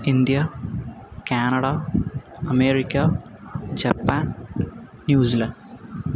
India Canada America Japan New Zealand